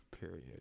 period